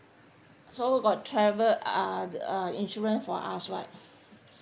so got travel uh the uh insurance for us right